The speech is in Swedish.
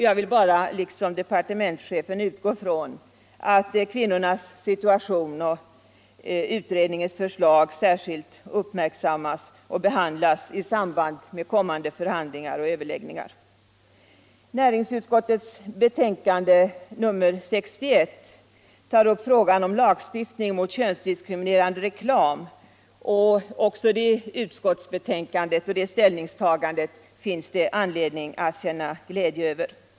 Jag vill bara liksom departementschefen utgå från att kvinnornas situation och utredningens förslag särskilt uppmärksammas och behandlas i samband med kommande förhandlingar och överläggningar. Näringsutskottets betänkande nr 61 om lagstiftning mot könsdiskriminerande reklam finns det också anledning att känna glädje över.